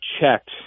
checked